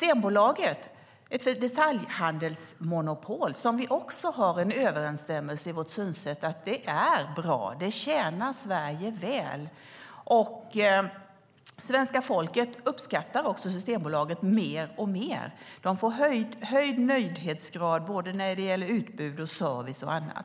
Vi är även överens i vårt synsätt beträffande Systembolaget, ett detaljhandelsmonopol som vi tycker är bra. Det tjänar Sverige väl. Svenska folket uppskattar Systembolaget mer och mer. Det får höjd nöjdhetsgrad när det gäller utbud, service och annat.